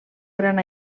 gran